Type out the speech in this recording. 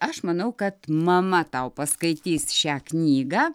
aš manau kad mama tau paskaitys šią knygą